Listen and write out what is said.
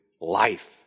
life